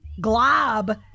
glob